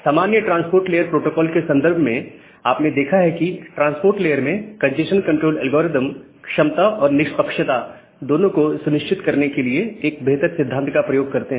सामान्य transport layer protocol के संदर्भ में आपने देखा है की ट्रांसपोर्ट लेयर में कंजेस्शन कंट्रोल एल्गोरिथम क्षमता और निष्पक्षता दोनों को सुनिश्चित करने के लिए एक बेहतर सिद्धांत का प्रयोग करते हैं